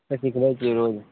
कथिके लेल तऽ रोज